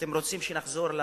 אתם רוצים שנחזור,